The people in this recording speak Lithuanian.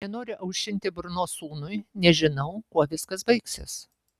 nenoriu aušinti burnos sūnui nes žinau kuo viskas baigsis